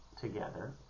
together